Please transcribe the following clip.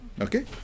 Okay